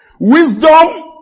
Wisdom